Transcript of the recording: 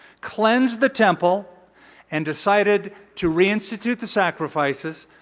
cleansed the temple and decided to reinstitute the sacrifices.